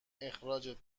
اخراجت